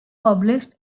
published